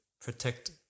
protect